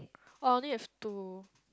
only if two